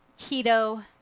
keto